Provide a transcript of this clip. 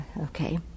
okay